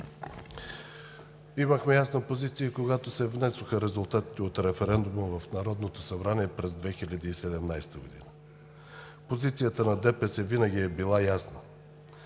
Имахме ясна позиция и когато се внесоха резултатите от референдума в Народното събрание през 2017 г. Позицията на ДПС винаги е била да